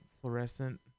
fluorescent